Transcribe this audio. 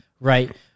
right